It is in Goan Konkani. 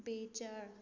धा बेचाळीस